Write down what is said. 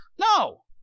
No